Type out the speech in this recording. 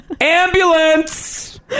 Ambulance